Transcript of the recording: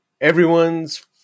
everyone's